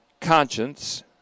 conscience